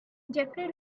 jeffery